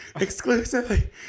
exclusively